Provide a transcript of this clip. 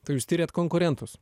tai jūs tiriat konkurentus